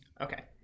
Okay